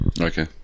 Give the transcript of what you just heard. Okay